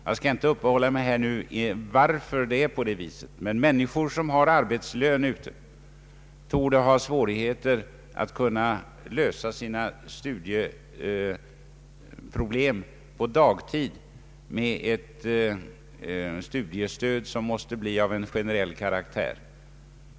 Jag skall inte ta upp tiden med att försöka förklara varför det är på det viset, men människor med arbetslön torde ha svårt att klara upp sina studieproblem på dagtid med ett studiestöd som måste bli av en generell karaktär.